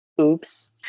oops